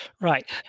Right